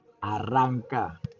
Arranca